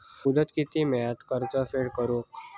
मुदत किती मेळता कर्ज फेड करून?